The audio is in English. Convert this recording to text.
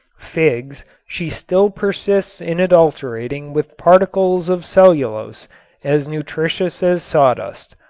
figs she still persists in adulterating with particles of cellulose as nutritious as sawdust.